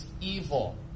evil